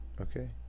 okay